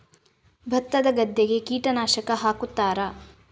ಭತ್ತದ ಗದ್ದೆಗೆ ಕೀಟನಾಶಕ ಹಾಕುತ್ತಾರಾ?